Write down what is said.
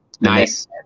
Nice